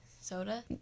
soda